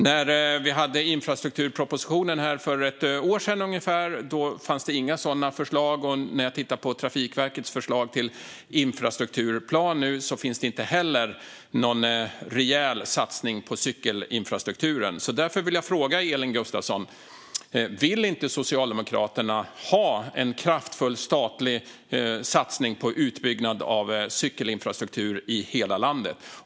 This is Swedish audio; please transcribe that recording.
När vi för ungefär ett år sedan behandlade infrastrukturpropositionen fanns det inga sådana förslag. Och när jag tittar på Trafikverkets förslag till infrastrukturplan finns det heller inte där någon rejäl satsning på cykelinfrastrukturen. Jag vill därför fråga Elin Gustafsson: Vill inte Socialdemokraterna ha en kraftfull statlig satsning på utbyggnad av cykelinfrastruktur i hela landet?